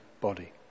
body